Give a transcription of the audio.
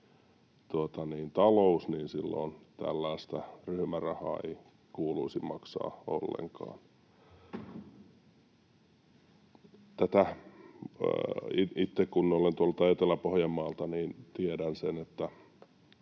talous on, niin silloin tällaista ryhmärahaa ei kuuluisi maksaa ollenkaan. Itse kun olen tuolta Etelä-Pohjanmaalta, niin tiedän sen, että